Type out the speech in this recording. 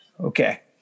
Okay